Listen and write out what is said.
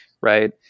Right